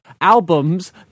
albums